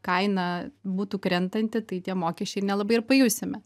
kaina būtų krentanti tai tie mokesčiai nelabai ir pajusime